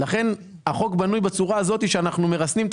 החוק בנוי בצורה כזאת שאנחנו מרסנים את